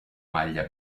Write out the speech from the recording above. maglia